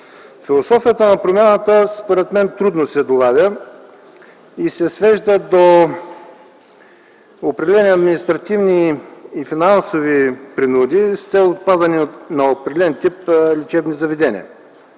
Философията на промяната, според мен, трудно се долавя и се свежда до определени административни и финансови принуди с цел отпадане на определен тип лечебни заведения.